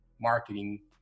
marketing